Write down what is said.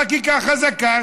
יש מערכת חקיקה חזקה,